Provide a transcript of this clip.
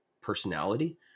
personality